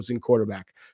quarterback